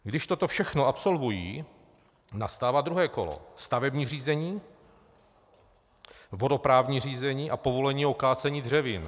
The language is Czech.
Když toto všechno absolvují, nastává druhé kolo: stavební řízení, vodoprávní řízení a povolení ke kácení dřevin.